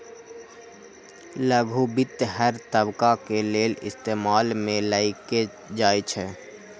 लघु वित्त हर तबका के लेल इस्तेमाल में लाएल जाई छई